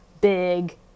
big